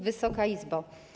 Wysoka Izbo!